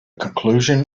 conclusion